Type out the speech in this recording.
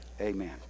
Amen